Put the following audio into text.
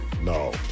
No